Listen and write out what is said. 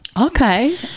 Okay